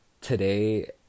today